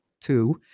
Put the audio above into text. two